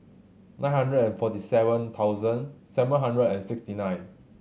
nine hundred and forty seven thousand seven hundred and sixty nine